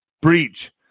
breach